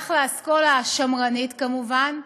ששייך לאסכולה השמרנית, כמובן,